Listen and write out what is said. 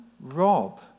rob